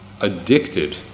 addicted